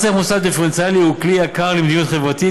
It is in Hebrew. מס ערך מוסף דיפרנציאלי הוא כלי יקר למדיניות חברתית,